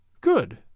Good